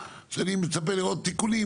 שאני מצפה לראות תיקונים.